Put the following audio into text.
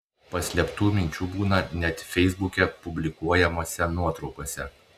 paslėptų minčių būna net feisbuke publikuojamose nuotraukose